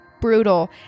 brutal